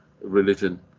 religion